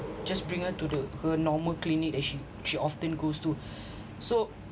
just bring her to the her normal clinic that she she often goes to so